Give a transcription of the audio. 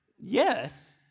yes